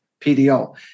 PDO